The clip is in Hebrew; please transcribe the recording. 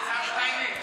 כלכלה,